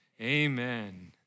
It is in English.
Amen